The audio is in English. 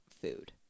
food